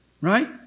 Right